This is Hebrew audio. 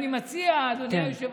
אדוני היושב-ראש,